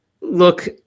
look –